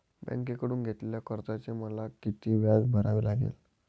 बँकेकडून घेतलेल्या कर्जाचे मला किती व्याज भरावे लागेल?